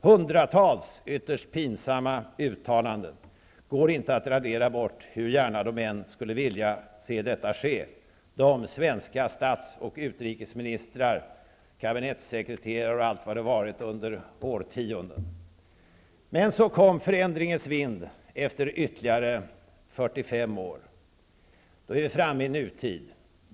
Hundratals ytterst pinsamma uttalanden går inte att radera bort hur gärna de än i dag skulle vilja se detta ske, -- de, dvs. svenska statsministrar, utrikesministrar, kabinettssekreterare och allt vad det har varit. Men så kom förändringens vind efter ytterligare 45 år. Då är vi framme vid nutid.